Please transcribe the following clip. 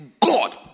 God